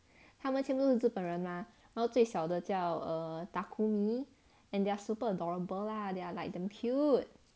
他们全部都是日本人嘛然后最小的叫 err takumi and they are super adorable lah they are like damn cute